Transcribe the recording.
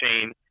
chain